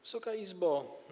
Wysoka Izbo!